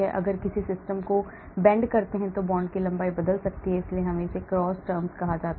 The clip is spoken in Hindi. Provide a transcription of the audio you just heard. अगर किसी सिस्टम को मोड़ता हूं तो बॉन्ड की लंबाई बदल सकती है इसीलिए हमने इसे क्रॉस टर्म्स कहा है